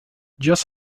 just